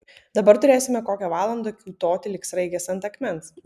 dabar turėsime kokią valandą kiūtoti lyg sraigės ant akmens